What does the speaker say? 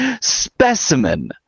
specimen